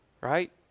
right